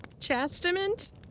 Chastement